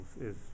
is-